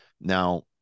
Now